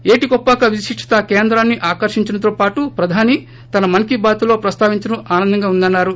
ఏటికొప్పాక విశిష్టత కేంద్రాన్ని ఆకర్షించడంతో పాటు ప్రధాని తన మన్ కీ బాత్ లో ప్రస్తావించడం ఆనందంగా ఉందన్నారు